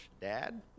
Dad